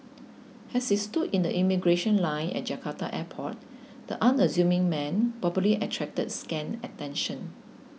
as he stood in the immigration line at Jakarta airport the unassuming man probably attracted scant attention